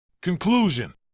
Conclusion